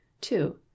Two